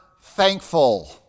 thankful